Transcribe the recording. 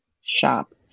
shop